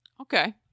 Okay